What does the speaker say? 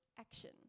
action